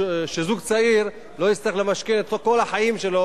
שזוג צעיר לא יצטרך למשכן את כל החיים שלו,